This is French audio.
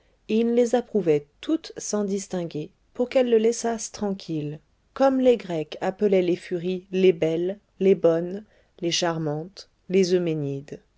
et il les approuvait toutes sans distinguer pour qu'elles le laissassent tranquille comme les grecs appelaient les furies les belles les bonnes les charmantes les